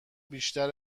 بیشتر